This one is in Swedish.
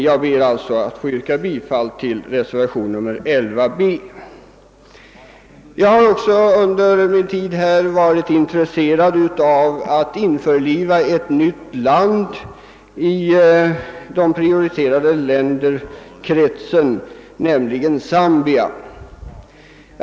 Jag ber alltså som sagt att få yrka bifall till reservationen 11 b. Jag har också under min tid här varit intresserad av att införliva ett nytt land i kretsen av prioriterade länder, nämligen Zambia.